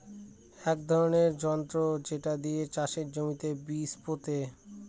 এক ধরনের যন্ত্র যেটা দিয়ে চাষের জমিতে বীজ পোতে